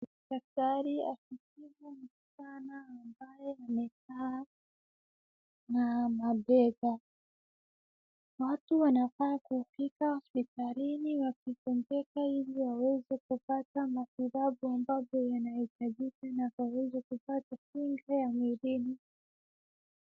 Daktari akimdunga msichana ambaye amekaa na mabega, watu wanafaa kufika hospitalini wakigonjeka ili waweze kupata matibabu ambayo yanahitajika na waweze kupata kinga ya mwilini.